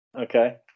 Okay